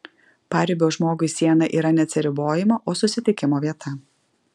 paribio žmogui siena yra ne atsiribojimo o susitikimo vieta